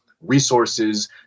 resources